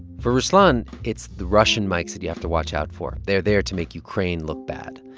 for ruslan, it's the russian mics that you have to watch out for. they're there to make ukraine look bad.